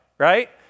right